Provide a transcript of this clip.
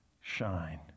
shine